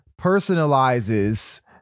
personalizes